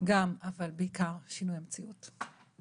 גם אבל בעיקר שינוי המציאות.